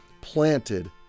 planted